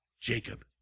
Jacob